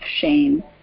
shame